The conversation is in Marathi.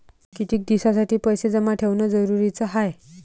कितीक दिसासाठी पैसे जमा ठेवणं जरुरीच हाय?